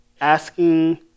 Asking